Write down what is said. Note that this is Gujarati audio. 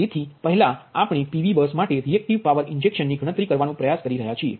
તેથી પહેલા આપણે PV બસ માટે રિએક્ટિવ પાવર ઇન્જેક્શનની ગણતરી કરવાનો પ્રયાસ કરી રહ્યા છીએ